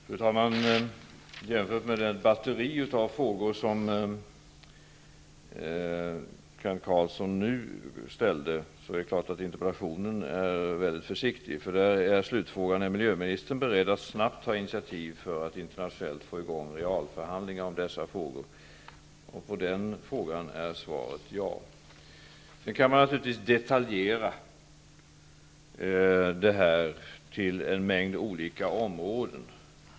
Fru talman! Jämfört med det batteri av frågor som Kent Carlsson nu ställde är interpellationen mycket försiktig. I interpellationen lyder slutfrågan nämligen: Är miljöministern beredd att snabbt ta initiativ för att internationellt få i gång realförhandlingar om dessa frågor? På den frågan är svaret ja. Sedan kan man naturligtvis ''detaljera'' detta till en mängd olika områden.